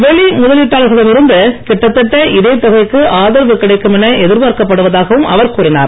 வெளி முதலீட்டாளர்களிடம் இருந்து கிட்டதட்ட இதே தொகைக்கு ஆதரவு கிடைக்கும் என எதிர் பார்க்கப்படுவதாகவும் அவர் கூறினார்